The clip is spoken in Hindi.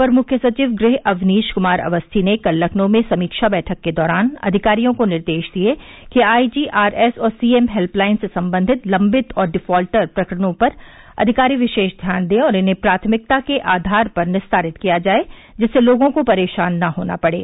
अपर मुख्य सचिव गृह अवनीश कुमार अवस्थी ने कल लखनऊ में समीक्षा बैठक के दौरान अधिकारियों को निर्देश दिये कि आईजीआरएस और सीएम हेल्यलाइन से संबंधित लंबित और डिफाल्टर प्रकरणों पर अधिकारी विशेष ध्यान दें और इन्हें प्राथमिकता के आधार पर निस्तारित किया जाये जिससे लोगों को परेशान न होना पड़े